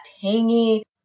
tangy